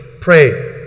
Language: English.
Pray